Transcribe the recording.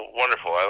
wonderful